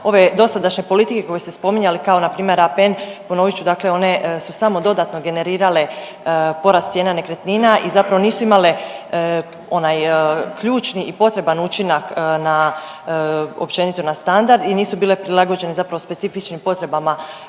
Ove dosadašnje politike koje ste spominjali kao npr. APN, ponovit ću, dakle one su samo dodatno generirale porast cijena nekretnina i zapravo nisu imale onaj ključni i potreban učinak na, općenito na standard i nisu bile prilagođene zapravo specifičnim potrebama